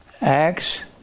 Acts